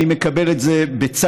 אני מקבל את זה בצער,